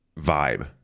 vibe